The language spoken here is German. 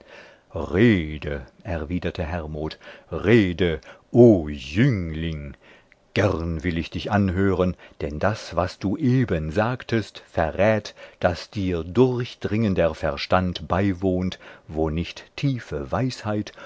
rede erwiderte hermod rede o jüngling gern will ich dich anhören denn das was du eben sagtest verrät daß dir durchdringender verstand beiwohnt wo nicht tiefe weisheit